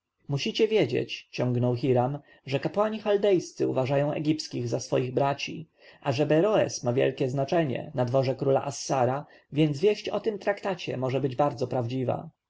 musicie wiedzieć ciągnął hiram że kapłani chaldejscy uważają egipskich za swoich braci a że beroes ma wielkie znaczenie na dworze króla assara więc wieść o tym traktacie może być bardzo prawdziwa